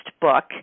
book